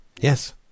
Yes